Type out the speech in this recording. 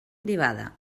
privada